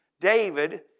David